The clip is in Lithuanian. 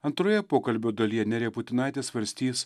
antroje pokalbio dalyje nerija putinaitė svarstys